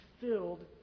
filled